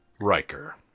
Riker